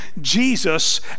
Jesus